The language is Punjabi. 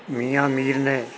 ਮੀਆਂ ਮੀਰ ਨੇ